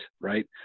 right